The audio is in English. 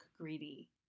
greedy